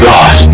God